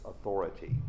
authority